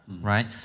right